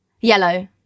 yellow